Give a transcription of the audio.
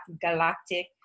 galactic